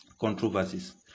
controversies